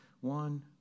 one